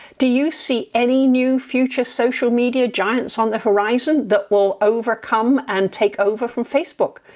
do you see any new future social media giants on the horizon, that will overcome and take over from facebook?